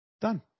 done